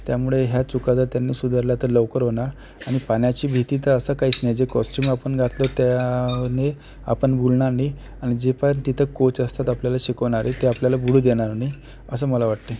त्यामुळे ह्या चुका जर त्यांनी सुधारल्या तर लवकर होणार आणि पाण्याची भीती तर असं काहीच नाही जे कॉस्च्युम आपण घातलं त्याने आपण भुलणार नाही आणि जे पण तिथं कोच असतात आपल्याला शिकवणारे ते आपल्याला बुडू देणार नाही असं मला वाटते